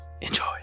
Enjoy